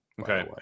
Okay